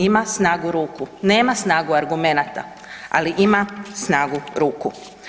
Ima snagu ruku, nema snagu argumenata, ali ima snagu ruku.